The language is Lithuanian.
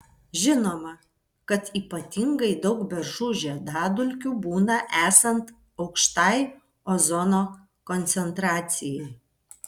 žinoma kad ypatingai daug beržų žiedadulkių būna esant aukštai ozono koncentracijai